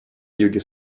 юге